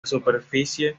superficie